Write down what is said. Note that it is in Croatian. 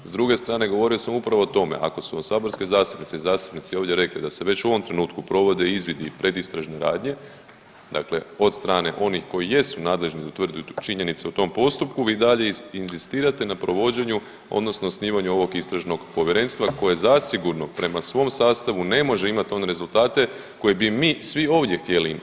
S druge strane govorio sam upravo o tome ako su vam saborske zastupnice i zastupnici ovdje rekli da se već u ovom trenutku provode izvidi i predistražne radnje dakle od strane onih koji jesu nadležni utvrditi činjenice u tom postupku vi i dalje inzistirate na provođenju odnosno osnivanju ovog Istražnog povjerenstva koje zasigurno prema svom sastavu ne može imati one rezultate koje bi mi svi ovdje htjeli.